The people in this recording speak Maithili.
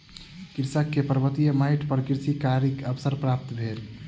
कृषक के पर्वतीय माइट पर कृषि कार्यक अवसर प्राप्त भेल